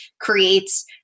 creates